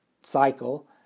cycle